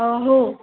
हो